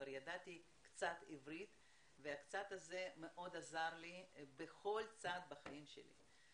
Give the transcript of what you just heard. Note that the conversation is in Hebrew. כבר ידעתי קצת עברית והקצת הזה מאוד עזר לי בכל צעד בחיים שלי.